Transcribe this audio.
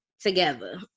together